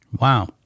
Wow